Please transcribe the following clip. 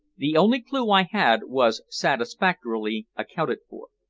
the only clue i had was satisfactorily accounted for.